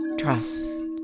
Trust